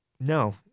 no